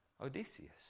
Odysseus